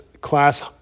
class